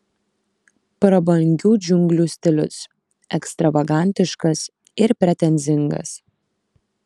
prabangių džiunglių stilius ekstravagantiškas ir pretenzingas